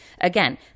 Again